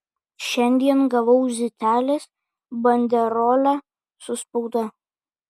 šiandien gavau zitelės banderolę su spauda